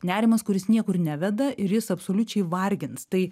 nerimas kuris niekur neveda ir jis absoliučiai vargins tai